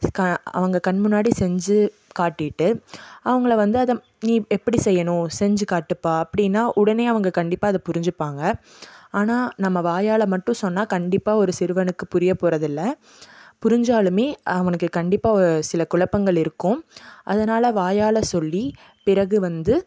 ஸ்க் கா அவங்க கண் முன்னாடி செஞ்சு காட்டிவிட்டு அவங்கள வந்து அதை நீ எப்படி செய்யணும் செஞ்சு காட்டுப்பா அப்படின்னா உடனே அவங்க கண்டிப்பாக அதை புரிஞ்சுப்பாங்க ஆனால் நம்ம வாயால் மட்டும் சொன்னால் கண்டிப்பாக ஒரு சிறுவனுக்கு புரிய போகிறதில்ல புரிஞ்சாலுமே அவனுக்கு கண்டிப்பாக ஓ சில குழப்பங்கள் இருக்கும் அதனால் வாயால் சொல்லி பிறகு வந்து